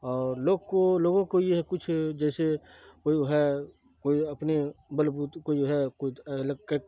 اور لوگ کو لوگوں کو یہ ہے کچھ جیسے کوئی وہ ہے کوئی اپنے بلبوتے کوئی ہے کوئی الگ